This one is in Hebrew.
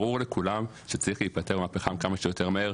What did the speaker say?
ברור לכולם שצריך להיפטר מהפחם כמה שיותר מהר.